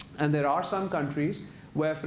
and there are some countries where,